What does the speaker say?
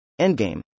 Endgame